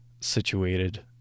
situated